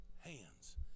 hands